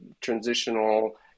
transitional